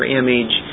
image